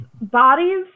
bodies